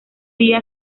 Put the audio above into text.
día